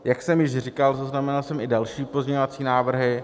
Jak jsem již říkal, zaznamenal jsem i další pozměňovací návrhy.